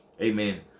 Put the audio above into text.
Amen